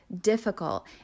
difficult